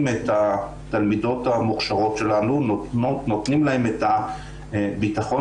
את התלמידות המוכשרות שלנו ונותנים להן את הביטחון